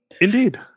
Indeed